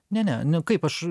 ne ne ne kaip aš